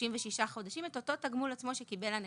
36 חודשים, את אותו תגמול עצמו שקיבל הנכה.